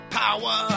power